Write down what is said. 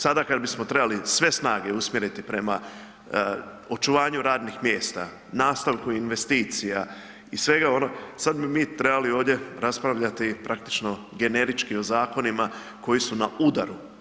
Sada kad bismo trebali sve snage usmjeriti prema očuvanju radnih mjesta, nastavku investicija i svega onoga, sad bi mi trebali ovdje raspravljati praktično generički o zakonima koji su na udaru.